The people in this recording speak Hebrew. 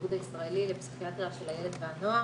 האיגוד הישראלי לפסיכיאטריה של הילד והנוער,